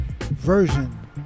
version